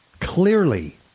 Clearly